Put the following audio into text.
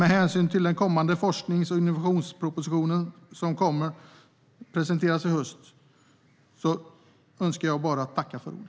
Med hänsyn till den kommande forsknings och innovationspropositionen som kommer att presenteras i höst tackar jag nu för ordet.